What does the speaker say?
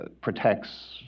protects